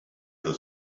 for